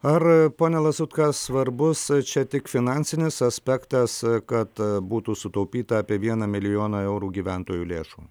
ar pone lazutka svarbus čia tik finansinis aspektas kad būtų sutaupyta apie vieną milijoną eurų gyventojų lėšų